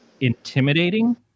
intimidating